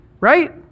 right